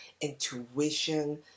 intuition